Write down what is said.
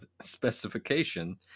specification